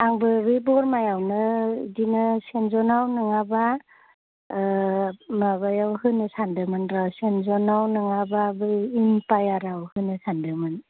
आंबो बे बरमायावनो बिदिनो सेन्ट जनआव नङाबा माबायाव होनो सानदोंमोन र सेन्ट जनाव नङाबा बै इम्पायाराव होनो सानदोंमोन